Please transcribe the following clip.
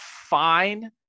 fine